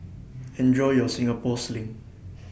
Enjoy your Singapore Sling